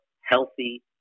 healthy